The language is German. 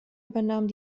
übernahmen